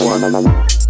one